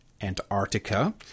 Antarctica